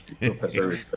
Professor